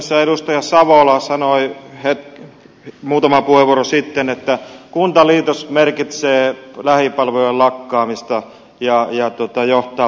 tässä edustaja savola sanoi muutama puheenvuoro sitten että kuntaliitos merkitsee lähipalvelujen lakkaamista ja johtaa palvelujen keskittämiseen